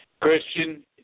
Christian